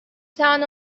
plan